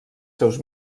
seus